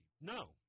No